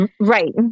Right